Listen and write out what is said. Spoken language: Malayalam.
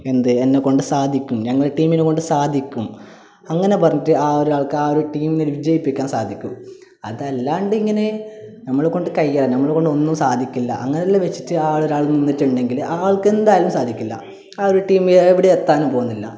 എന്ത് എന്നെക്കൊണ്ട് സാധിക്കും ഞങ്ങളെ ടീമിനെക്കൊണ്ട് സാധിക്കും അങ്ങനെ പറഞ്ഞിട്ട് ആ ഒരാൾക്ക് ആ ഒരു ടീമിനെ വിജയിപ്പിക്കാൻ സാധിക്കും അതല്ലാണ്ട് ഇങ്ങനെ നമ്മളെക്കൊണ്ട് കഴിയില്ല നമ്മളെക്കൊണ്ട് ഒന്നും സാധിക്കില്ല അങ്ങനെ എല്ലാം വച്ചിട്ട് ആ ആൾ ഒരാൾ നിന്നിട്ടുണ്ടെങ്കിൽ ആ ആൾക്ക് എന്തായാലും സാധിക്കില്ല ആ ഒരു ടീം എവിടേയും എത്താനും പോകുന്നില്ല